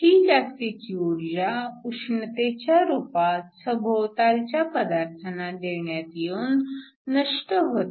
ही जास्तीची ऊर्जा उष्णतेच्या रूपात सभोवतालच्या पदार्थाना देण्यात येऊन नष्ट होते